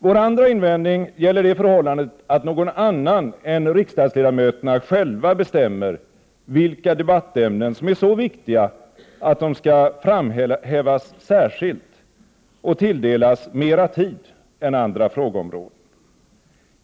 Vår andra invändning gäller det förhållandet att någon annan än riksdags ledamöterna själva bestämmer vilka debattämnen som är så viktiga att de skall framhävas särskilt och tilldelas mera tid än andra frågeområden.